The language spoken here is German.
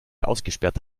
ausgesperrt